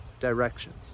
directions